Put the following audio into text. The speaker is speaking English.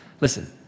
Listen